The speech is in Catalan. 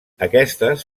aquestes